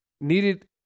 needed